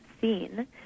scene